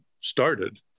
started